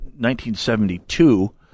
1972